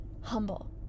humble